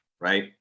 right